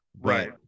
Right